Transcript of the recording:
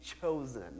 chosen